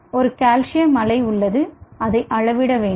ஒரு கால்சியம் அலை உள்ளது அதை அளவிட வேண்டும்